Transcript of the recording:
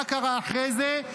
מה קרה אחרי זה?